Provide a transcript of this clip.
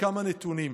כמה נתונים.